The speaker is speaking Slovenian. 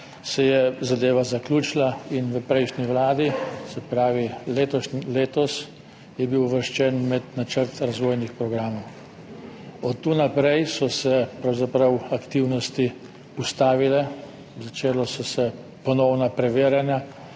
zadeva zaključila in v prejšnji vladi, se pravi letos, je bil uvrščen med načrt razvojnih programov. Od tu naprej so se pravzaprav aktivnosti ustavile. Začela so se ponovna preverjanja,